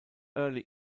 early